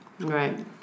Right